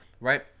Right